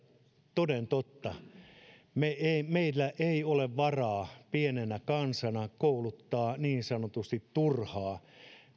toden totta meillä ei ole varaa pienenä kansana kouluttaa niin sanotusti turhaa